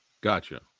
Gotcha